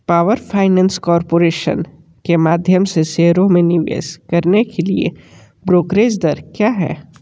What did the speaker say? power finance corporation के माध्यम से शेयरों में निवेश करने के लिए ब्रोकरेज दर क्या है